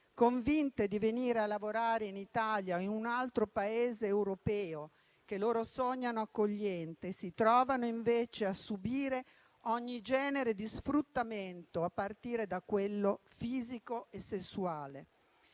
convinte di venire a lavorare in Italia o in un altro Paese europeo che loro sognano accogliente e si trovano, invece, a subire ogni genere di sfruttamento, a partire da quello fisico e sessuale.